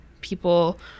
people